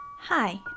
Hi